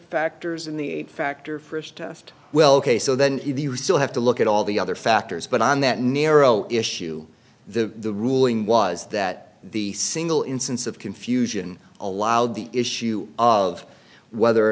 factors in the factor first test well ok so then you still have to look at all the other factors but on that narrow issue the ruling was that the single instance of confusion allowed the issue of whether or